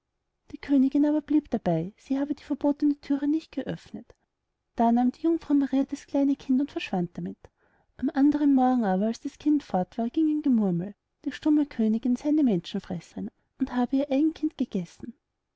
die königin aber blieb dabei sie habe die verbotene thüre nicht geöffnet da nahm die jungfrau maria das kleine kind und verschwand damit am andern morgen aber als das kind fort war ging ein gemurmel die stumme königin sey eine menschenfresserin und habe ihr eigen kind gegessen